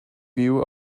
view